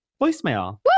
voicemail